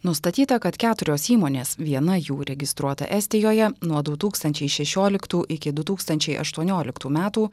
nustatyta kad keturios įmonės viena jų registruota estijoje nuo du tūkstančiai šešioliktų iki du tūkstančiai aštuonioliktų metų